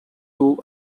two